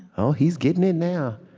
oh, he's getting it now.